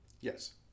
Yes